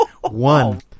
One